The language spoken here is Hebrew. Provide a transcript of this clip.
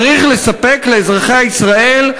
צריך לספק לאזרחי ישראל,